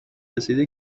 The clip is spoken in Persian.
رسیده